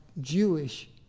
Jewish